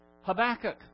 Habakkuk